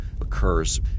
occurs